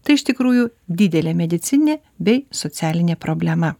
tai iš tikrųjų didelė medicininė bei socialinė problema